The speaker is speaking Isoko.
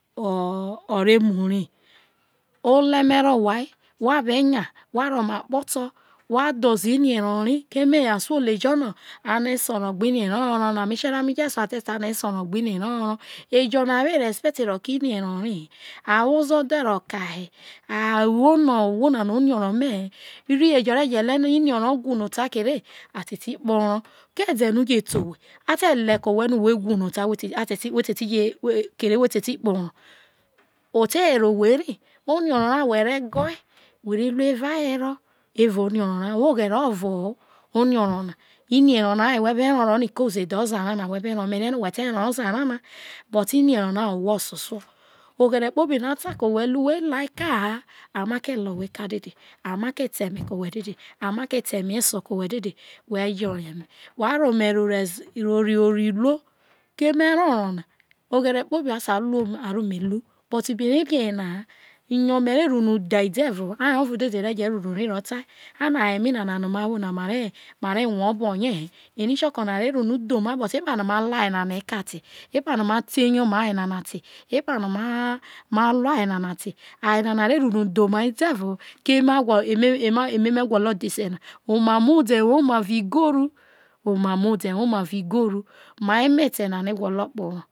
O ore muri ole me ro owha wha be nya na wha reho omakpoto wha dhozo inirora keme asoite jo no ano esero gbe inirro ho orro na ame serami je su ile ano esorogbe inirro ho orro a wo ozodhe ro ka he rri ejo re je le no iniorro whu no re a te kporo o te were o were ere iniorro ra who re go we re rue evaware oghene kpobi no a ta ke owhe ru whe la eka ha omake la owhe eka dede a make ta eme eso ke owhe dede wha reho ome ru ex oriruo keme me ro orro na oghere kpobi a sai ru ome la ome eka te ma lua aye nana te eyoma aye nana o reho unu dhe omai edeovo ho keme keme me gwolo dhese na omamu ode owoma vi igoru omamode woma vi igoru ma emete no gwolo kpo orro.